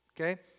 Okay